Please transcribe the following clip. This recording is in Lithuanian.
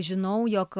žinau jog